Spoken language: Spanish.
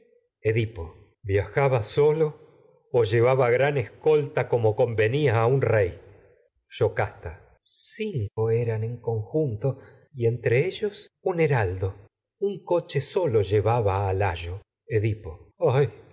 viajaba solo un llevaba gran escolta convenia a rey cinco eran en yocasta conjunto a y entre ellos un heraldo edipo un coche sólo llevaba layo